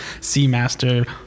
Seamaster